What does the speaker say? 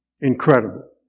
incredible